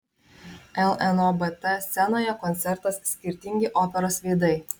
lnobt scenoje koncertas skirtingi operos veidai